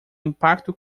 impacto